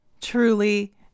truly